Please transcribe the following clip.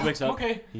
Okay